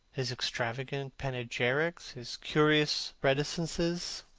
his extravagant panegyrics, his curious reticences